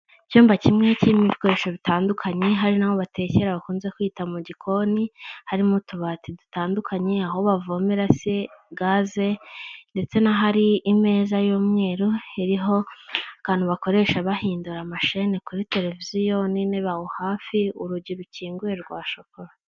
Icyumba kimwe kirimo ibikoresho bitandukanye, hari naho batekera bakunze kwita mu gikoni, harimo utubati dutandukanye, aho bavomera se, gaze ndetse nahari imeza y'umweru, harihoho abantu bakoresha bahindura amasheni kuri televiziyo nini iri aho hafi, urugi rukinguye rwa shokora.